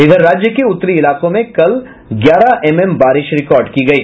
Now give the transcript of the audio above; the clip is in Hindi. इधर राज्य के उत्तरी इलाकों में कल ग्यारह एमएम बारिश रिकॉर्ड कि गयी